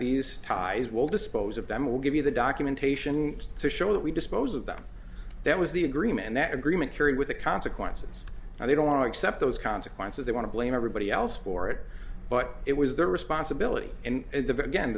these guys will dispose of them will give you the documentation to show that we dispose of them that was the agreement that agreement carried with the consequences and they don't want to accept those consequences they want to blame everybody else for it but it was their responsibility and